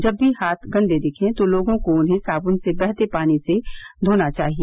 जब भी हाथ गंदे दिखें तो लोगों को उन्हें साबुन से बहते पानी से घोना चाहिए